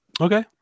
Okay